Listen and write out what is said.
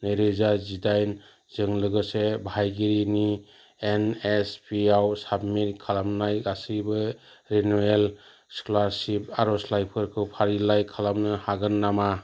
नैरोजा जिदाइनजों लोगोसे बाहायगिरिनि एन एस पि आव साबमिट खालामनाय गासिबो रिनिउयेल स्कलारशिप आरजलाइफोरखौ फारिलाइ खालामनो हागोन नामा